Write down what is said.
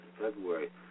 February